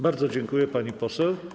Bardzo dziękuję, pani poseł.